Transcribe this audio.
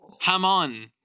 Hamon